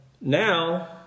Now